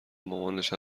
مامانش